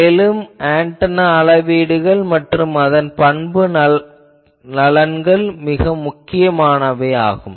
மேலும் ஆன்டெனா அளவீடுகள் மற்றும் அதன் பண்பு நலன்கள் முக்கியமானவையாகும்